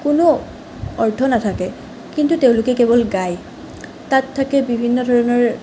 কোনো অৰ্থ নাথাকে কিন্তু তেওঁলোকে কেৱল গায় তাত থাকে বিভিন্ন ধৰণৰ